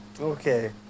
Okay